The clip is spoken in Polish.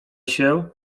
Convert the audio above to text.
się